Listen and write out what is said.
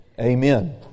Amen